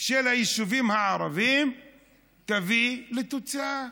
של היישובים הערביים תביא לתוצאה.